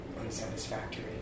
unsatisfactory